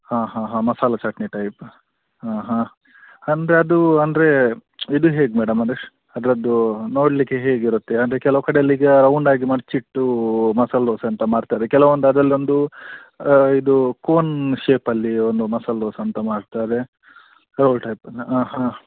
ಹಾಂ ಹಾಂ ಹಾಂ ಮಸಾಲೆ ಚಟ್ನಿ ಟೈಪ್ ಹಾಂ ಹಾಂ ಅಂದ್ರೆ ಅದು ಅಂದರೆ ಇದು ಹೇಗೆ ಮೇಡಮ್ ಅದು ಅದರದ್ದು ನೋಡಲಿಕ್ಕೆ ಹೇಗಿರುತ್ತೆ ಅದು ಕೆಲವು ಕಡೇಲ್ಲಿ ಈಗ ರೌಂಡಾಗಿ ಮಡ್ಚಿಟ್ಟು ಮಸಾಲೆ ದೋಸೆ ಅಂತ ಮಾಡ್ತಾರೆ ಕೆಲವೊಂದು ಅದ್ರಲ್ಲಿ ಒಂದು ಇದು ಕೋನ್ ಶೇಪಲ್ಲಿ ಒಂದು ಮಸಾಲೆ ದೋಸೆ ಅಂತ ಮಾಡ್ತಾರೆ ಕೆಲವು ಟೈಪನ್ನು ಹಾಂ ಹಾಂ